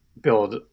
build